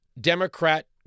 Democrat